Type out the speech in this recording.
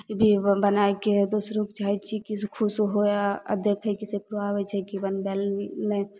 भी बनायके दोसरोके चाहय छियै कि से खुश होवए अब देखय कि से एकरो आबय छै कि बनबय लए